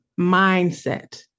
mindset